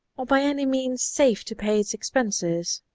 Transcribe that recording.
or by any means safe to pay its expenses.